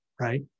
right